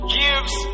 gives